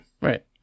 Right